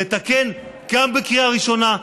לתקן גם בקריאה ראשונה,